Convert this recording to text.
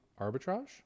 arbitrage